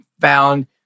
found